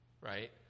right